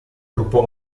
gruppo